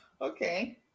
Okay